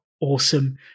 awesome